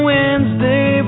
Wednesday